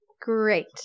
Great